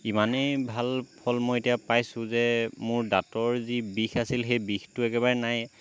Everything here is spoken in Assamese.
ইমানেই ভাল ফল মই এতিয়া পাইছোঁ যে মোৰ দাঁতৰ যি বিষ আছিল সেই বিষটো একেবাৰে নায়েই